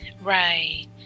Right